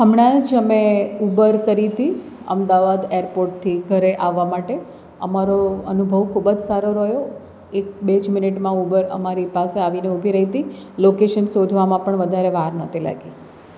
હમણાં જ અમે ઉબર કરી હતી અમદાવાદ એરપોર્ટથી ઘરે આવવા માટે અમારો અનુભવ ખૂબજ સારો રહ્યો એક બે જ મિનિટમાં ઉબર અમારી પાસે આવીને ઉભી રહી હતી લોકેશન શોધવામાં પણ વધારે વાર નહોતી લાગી